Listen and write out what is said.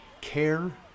care